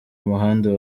umuhanda